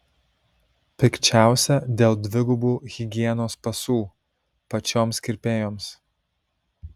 pikčiausia dėl dvigubų higienos pasų pačioms kirpėjoms